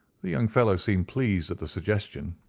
the young fellow seemed pleased at the suggestion,